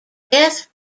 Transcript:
death